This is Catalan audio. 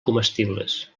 comestibles